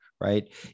right